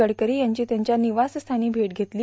गडकरी यांची त्यांच्या विवासस्थानी भेट घेतली